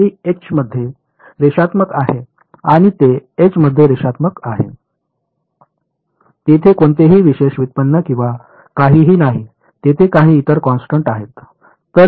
हे एच मध्ये रेषात्मक आहे का ते एच मध्ये रेषात्मक आहे तेथे कोणतेही विशेष व्युत्पन्न किंवा काहीही नाही तेथे काही इतर कॉन्स्टन्ट आहेत